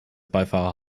beifahrer